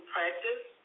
practice